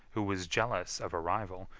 who was jealous of a rival,